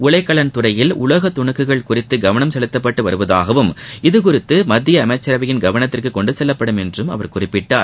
உலைக்கலன் துறையில் உலோக துனுக்குகள் குறித்து கவனம் செலுத்தப்பட்டு வருவதாகவும் இதுகுறித்து மத்திய அமைச்சரவையின் கவனத்திற்கு கொண்டுச் செல்லப்படும் என்றும் அவர் குறிப்பிட்டார்